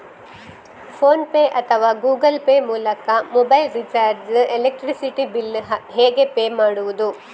Phone pay ಅಥವಾ Google Pay ಮೂಲಕ mobile recharge, electricity bill ಹೇಗೆ ಪೇ ಮಾಡುವುದು?